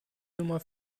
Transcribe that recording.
nummer